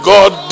God